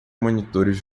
monitores